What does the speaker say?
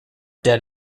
dead